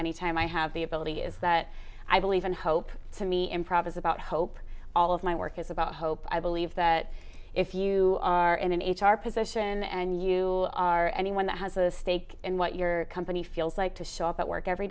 any time i have the ability is that i believe in hope to me improv is about hope all of my work is about hope i believe that if you are in an h r position and you are anyone that has a stake in what your company feels like to show up at work every